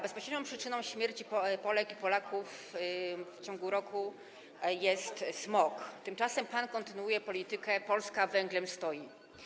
Bezpośrednią przyczyną śmierci Polek i Polaków w ciągu roku jest smog, tymczasem pan kontynuuje politykę „Polska węglem stoi”